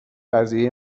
قضیه